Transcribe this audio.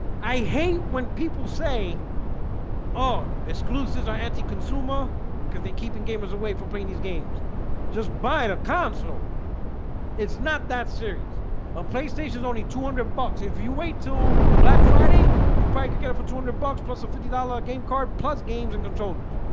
i hate when people say oh exclusives are anti-consumer because they keeping gamers away from playing these games just by the console. oh it's not that serious a playstations only two hundred bucks if you wait to black friday you prank again for two hundred bucks plus a fifty dollars game card plus games and controllers